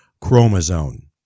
chromosome